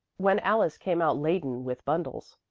when alice came out laden with bundles.